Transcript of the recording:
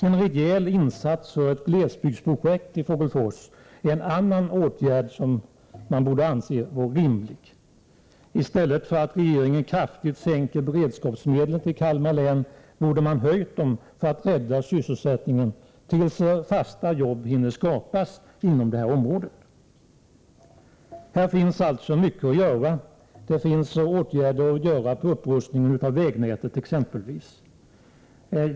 En rejäl insats, inkl. ett glesbygdsprojekt i Fågelfors, borde anses rimlig. I stället för att kraftigt minska beredskapsmedlen till Kalmar län borde regeringen ha ökat dem för att rädda sysselsättningen tills fasta jobb hinner skapas inom detta område. Här finns alltså mycket att göra, exempelvis att sätta in åtgärder för upprustning av vägnätet.